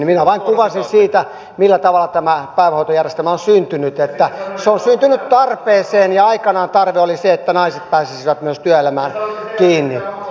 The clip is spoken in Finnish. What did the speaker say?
minä vain kuvasin sitä millä tavalla tämä päivähoitojärjestelmä on syntynyt että se on syntynyt tarpeeseen ja aikanaan tarve oli se että naiset pääsisivät myös työelämään kiinni